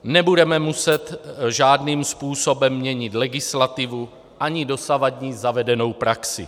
Nebudeme muset žádným způsobem měnit legislativu ani dosavadní zavedenou praxi.